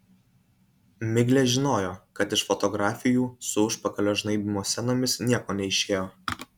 miglė žinojo kad iš fotografijų su užpakalio žnaibymo scenomis nieko neišėjo